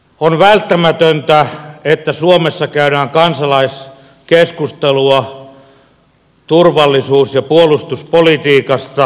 on välttämätöntä että suomessa käydään kansalaiskeskustelua turvallisuus ja puolustuspolitiikasta